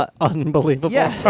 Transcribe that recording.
unbelievable